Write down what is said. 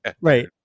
Right